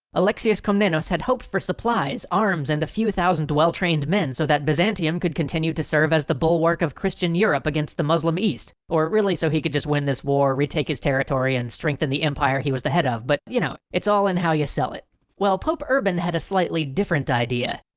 alexius comnenus had hoped for supplies, arms, and a few thousand well-trained men so that byzantium could continue to serve as the bulwark of christian europe against the muslim east or really so he could just win this war retake his territory and strengthen the empire he was the head of. but you know, it's all in how you sell it. well, pope urban had a slightly different idea.